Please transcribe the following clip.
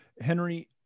Henry